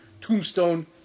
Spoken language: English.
tombstone